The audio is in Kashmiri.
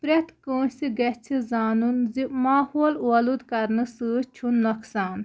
پرٛٮ۪تھ کٲنٛسہِ گژھِ زانُن زِ ماحول اولوٗدٕ کَرنہٕ سۭتۍ چھُ نۄقصان